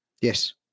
Yes